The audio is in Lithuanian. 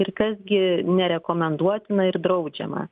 ir kas gi nerekomenduotina ir draudžiama